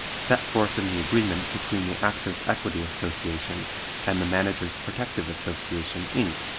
set forth in the agreement between the actors' equity association and the managers' protective association, inc,